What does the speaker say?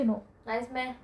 nice meh